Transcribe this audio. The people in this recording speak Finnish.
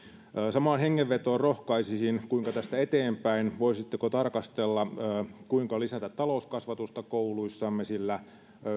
samaan hengenvetoon rohkaisisin kuinka tästä eteenpäin voisitteko tarkastella kuinka lisätä talouskasvatusta kouluissamme sillä